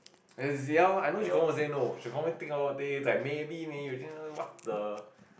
as in ya lor I know she will confirm say no she confirm will think a lot of thing it's like maybe may what the